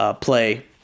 play